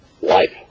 life